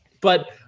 But-